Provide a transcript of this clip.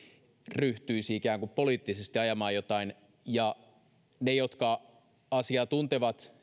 ryhtyisi ikään kuin poliittisesti ajamaan jotain ne jotka asiaa tuntevat